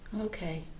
Okay